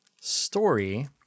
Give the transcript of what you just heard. story